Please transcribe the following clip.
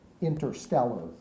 Interstellar